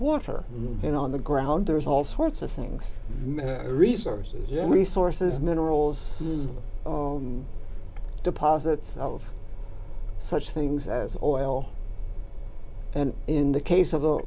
water and on the ground there is all sorts of things resources and resources minerals of deposits of such things as oil and in the case of the